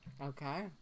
okay